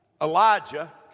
Elijah